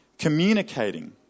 communicating